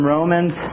Romans